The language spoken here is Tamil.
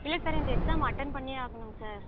இல்லை சார் இந்த எக்ஸாம் அட்டன் பண்ணியே ஆகணும் சார்